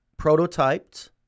prototyped